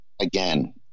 again